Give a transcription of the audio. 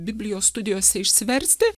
biblijos studijose išsiversti